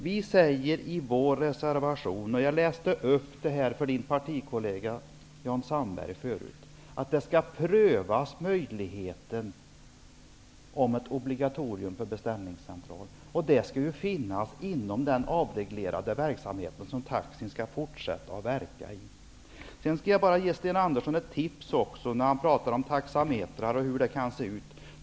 Jag läste tidigare ur vår motion för Sten Anderssons partikollega, Jan Sandberg. Vi säger i motionen att möjligheten till ett obligatorium när det gäller beställningscentraler skall prövas. Det skall ske inom ramen för den avreglerade verksamhet som taxin skall fortsätta att vara. Jag vill också ge Sten Andersson ett tips. Han pratar om taxametrar.